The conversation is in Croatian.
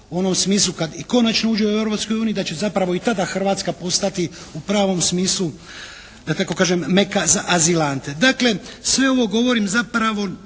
u onom smislu kad i konačno uđe u Europsku uniju da će zapravo i tada Hrvatska postati u pravom smislu da tako kažem Meka za azilante. Dakle sve ovo govorim zbog